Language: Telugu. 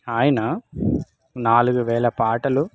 ఆయన నాలుగు వేల పాటలు